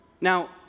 Now